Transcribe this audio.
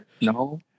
No